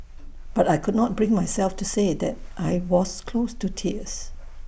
but I could not bring myself to say that I was close to tears